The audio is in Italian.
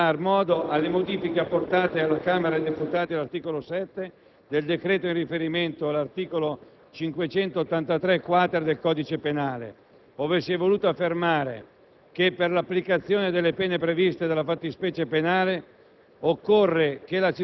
Mi riferisco in particolar modo alle modifiche apportate dalla Camera dei deputati all'articolo 7 del decreto, in riferimento all'articolo 583-*quater* del codice penale, ove si è voluto affermare che per l'applicazione delle pene previste dalla fattispecie penale